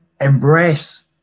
embrace